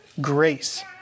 grace